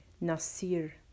Nasir